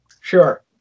Sure